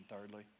thirdly